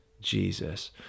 Jesus